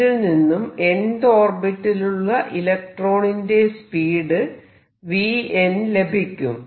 ഇതിൽ നിന്നും nth ഓർബിറ്റലിലുള്ള ഇലക്ട്രോണിന്റെ സ്പീഡ് vn ലഭിക്കും